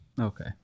Okay